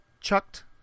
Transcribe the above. chucked